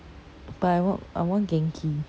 but I want I want genki